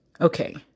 Okay